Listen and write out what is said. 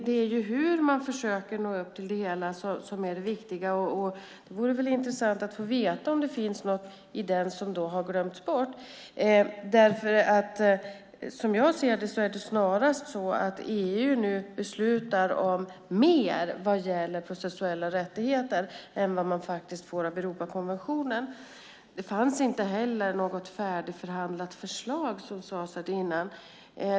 Det är ju hur man försöker nå upp till det hela som är det viktiga, och det vore intressant att få veta om det finns något i den som har glömts bort. Som jag ser det är det snarast så att EU nu beslutar om mer vad gäller processuella rättigheter än vad man får i Europakonventionen. Det fanns inte heller något färdigförhandlat förslag, som sades här.